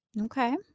Okay